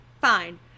fine